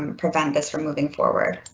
and prevent this from moving forward.